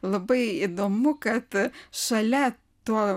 labai įdomu kad šalia to